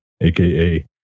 aka